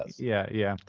yeah, yeah.